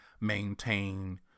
maintain